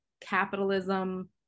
capitalism